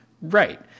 Right